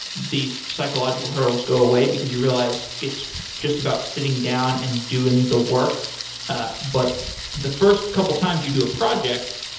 these psychological hurdles go away because you realize it's just about sitting down and doing the work ah but the first couple of times you do a project,